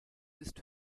ist